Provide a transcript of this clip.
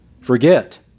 forget